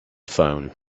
phone